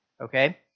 okay